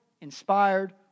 inspired